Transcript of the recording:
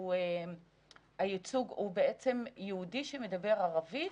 הוא יהודי שמדבר ערבית,